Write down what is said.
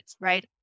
right